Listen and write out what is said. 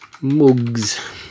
Mugs